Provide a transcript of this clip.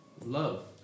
love